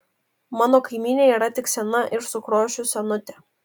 mano kaimynė yra tik sena ir sukriošus senutė